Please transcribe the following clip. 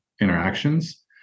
interactions